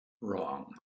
wrong